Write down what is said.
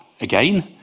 again